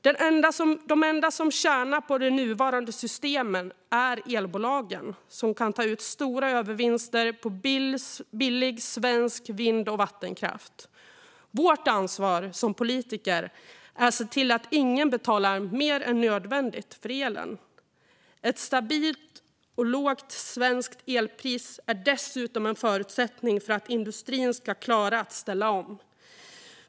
De enda som tjänar på det nuvarande systemet är elbolagen, som kan ta ut stora övervinster på billig svensk vind och vattenkraft. Vårt ansvar som politiker är att se till att ingen betalar mer än nödvändigt för elen. Ett stabilt och lågt svenskt elpris är dessutom en förutsättning för att industrin ska klara att ställa om.